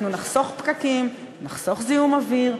אנחנו נחסוך פקקים, נחסוך זיהום אוויר,